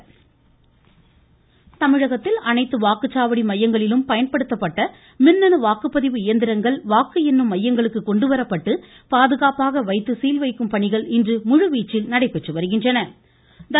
தர்மபுரி வாக்குப்பதிவு இயந்திரங்கள் தமிழகத்தில் அனைத்து வாக்குச்சாவடி மையங்களிலும் பயன்படுத்தப்பட்ட மின்னணு வாக்குப்பதிவு இயந்திரங்கள் வாக்கு எண்ணும் மையங்களுக்கு கொண்டுவரப்பட்டு பாதுகாப்பாக வைத்து சீல் வைக்கும் பணிகள் இன்று முழுவீச்சில் நடைபெற்று வருகின்றன